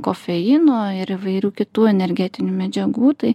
kofeino ir įvairių kitų energetinių medžiagų tai